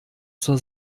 zur